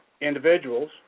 individuals